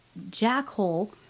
jackhole